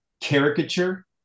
caricature